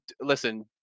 listen